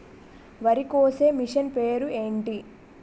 వరి కోసే మిషన్ పేరు ఏంటి